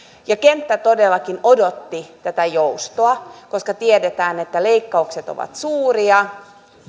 ja kenttä todellakin odotti tätä joustoa koska tiedetään että leikkaukset ovat suuria